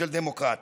של דמוקרטיה.